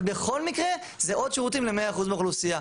אבל בכל מקרה זה עוד שירותים ל-100% מהאוכלוסייה.